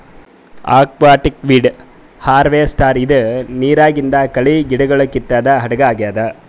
aquatic weed harvester ಇದು ನಿರಾಗಿಂದ್ ಕಳಿ ಗಿಡಗೊಳ್ ಕಿತ್ತದ್ ಹಡಗ್ ಆಗ್ಯಾದ್